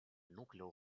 nucleo